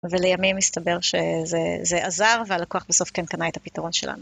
ולימים מסתבר שזה עזר, והלקוח בסוף כן קנה את הפתרון שלנו.